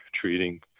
treating